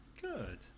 Good